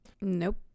Nope